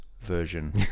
version